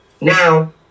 Now